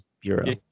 Bureau